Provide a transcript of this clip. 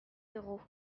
héros